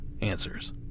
answers